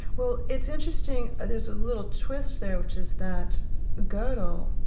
well it's interesting ah there's a little twist there which is that godel,